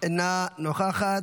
אינה נוכחת,